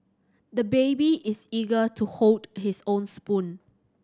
the baby is eager to hold his own spoon